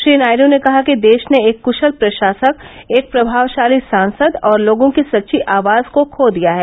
श्री नायडू ने कहा कि देश ने एक कशल प्रशासक एक प्रभावशाली सांसद और लोगों की सच्ची आवाज को खो दिया है